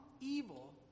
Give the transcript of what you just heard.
evil